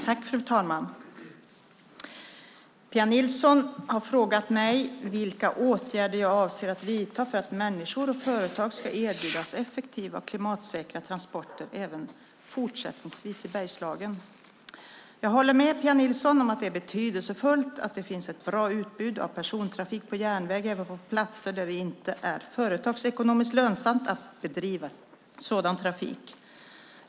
Fru talman! Pia Nilsson har frågat mig vilka åtgärder jag avser att vidta för att människor och företag ska erbjudas effektiva och klimatsäkra transporter även fortsättningsvis i Bergslagen. Jag håller med Pia Nilsson om att det är betydelsefullt att det finns ett bra utbud av persontrafik på järnväg även på platser där det inte är företagsekonomiskt lönsamt att bedriva sådan trafik.